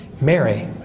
Mary